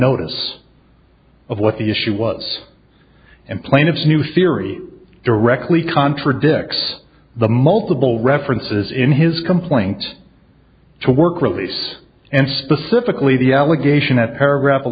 notice of what the issue was and plaintiff's new theory directly contradicts the multiple references in his complaint to work release and specifically the allegation at paragra